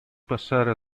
passare